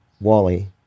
Wally